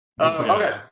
Okay